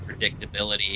predictability